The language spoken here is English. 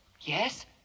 Yes